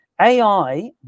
AI